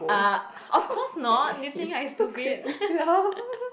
uh of course not do you think I stupid